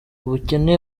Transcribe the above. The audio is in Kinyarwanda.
ubukene